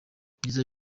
ibyiza